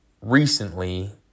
recently